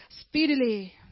speedily